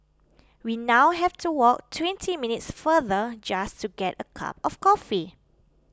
we now have to walk twenty minutes farther just to get a cup of coffee